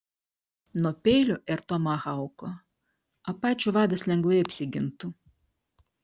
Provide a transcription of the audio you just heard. nuo peilio ir tomahauko apačių vadas lengvai apsigintų